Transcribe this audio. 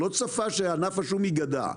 לא צפה שענף השום ייגדע.